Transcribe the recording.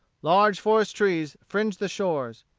large forest-trees fringed the shores.